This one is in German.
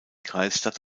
kreisstadt